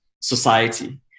society